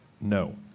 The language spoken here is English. No